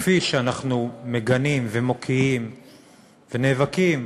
כפי שאנחנו מגנים ומוקיעים ונאבקים